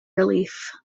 relief